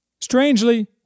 Strangely